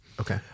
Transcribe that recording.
Okay